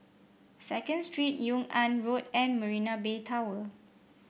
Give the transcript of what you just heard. Second Street Yung An Road and Marina Bay Tower